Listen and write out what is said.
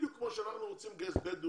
זה בדיוק כמו שאנחנו רוצים לגייס בדואים,